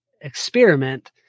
experiment